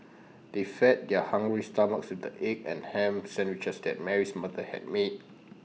they fed their hungry stomachs with the egg and Ham Sandwiches that Mary's mother had made